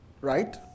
Right